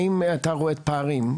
האם אתה רואה פערים?